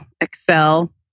excel